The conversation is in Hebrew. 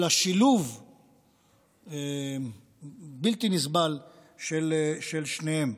אלא שילוב בלתי נסבל של שניהם.